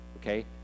Okay